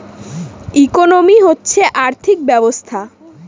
economy হচ্ছে আর্থিক ব্যবস্থা